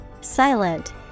Silent